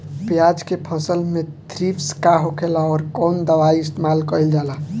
प्याज के फसल में थ्रिप्स का होखेला और कउन दवाई इस्तेमाल कईल जाला?